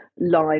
live